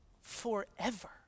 forever